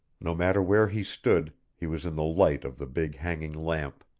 no matter where he stood he was in the light of the big hanging lamp.